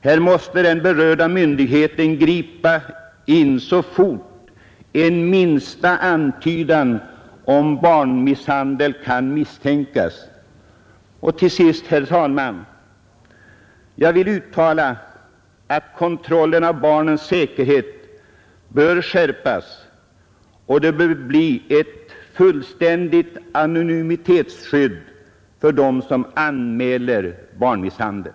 Här måste den berörda myndigheten gripa in så fort en minsta antydan om barnmisshandel kan misstänkas. Till sist, herr talman, vill jag uttala att kontrollen av barnens säkerhet bör skärpas, och det bör bli ett fullständigt anonymitetsskydd för dem som anmäler barnmisshandel.